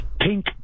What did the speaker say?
pink